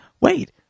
Wait